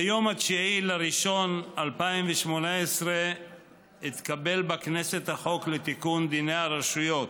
ביום 9 בינואר 2018 התקבל בכנסת החוק לתיקון דיני הרשויות